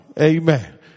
amen